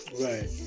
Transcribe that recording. right